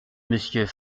monsieur